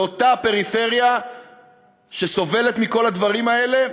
לאותה פריפריה שסובלת מכל הדברים האלה,